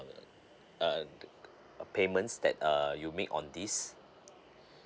uh payments that uh you make on this